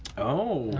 oh.